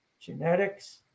genetics